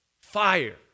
fire